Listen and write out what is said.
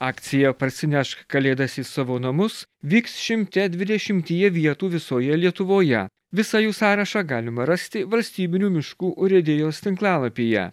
akcija parsinešk kalėdas į savo namus vyks šimte dvidešimtyje vietų visoje lietuvoje visą jų sąrašą galima rasti valstybinių miškų urėdijos tinklalapyje